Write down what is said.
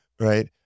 right